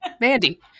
Mandy